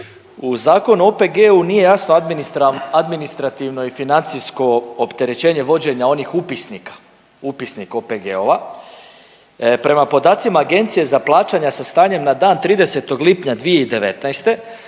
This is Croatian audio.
U Zakonu o OPG-u nije jasno administrativno i financijsko opterećenje vođenja onih upisnika, upisnik OPG-ova. Prema podacima Agencije za plaćanje sa stanjem na dan 30. lipnja 2019.